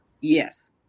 Yes